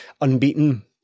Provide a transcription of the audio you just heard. unbeaten